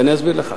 ואני אסביר לך.